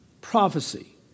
prophecy